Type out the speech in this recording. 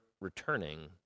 returning